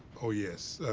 oh yes, ah,